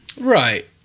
Right